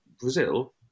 Brazil